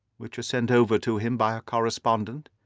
which are sent over to him by a correspondent,